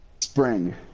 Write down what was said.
spring